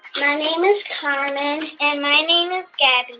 my name is carolyn and my name yeah